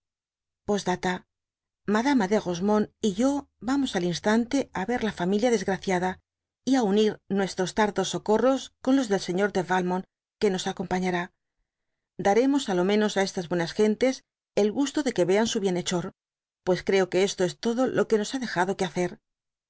d madama de rosemonde y yo vamos a instanfi á ver la familia desgraciada y á unir nuestros tardos socorros con los del señor de yalmont qie nos acompañará daremos á lo menos á estas buenas gentes el gusto de que vean su bienhechor pues creo que es todo lo que nos ha dejado que hacer